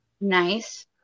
nice